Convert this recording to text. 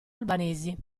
albanesi